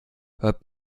hört